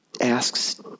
asks